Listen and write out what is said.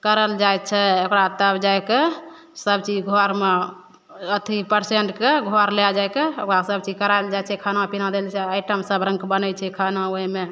करल जाइ छै ओकरा तब जाइके सबचीज घरमे अथी पेसेन्टके घर लए जाइके ओकरा सबचीज कराएल जाइ छै खाना पीना देल जाइ छै आइटम सबरङ्गके बनै छै खाना ओहिमे